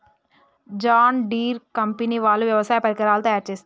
John Deere company వాళ్ళు వ్యవసాయ పరికరాలు తయారుచేస్తారు